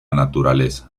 naturaleza